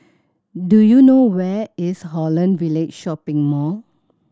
do you know where is Holland Village Shopping Mall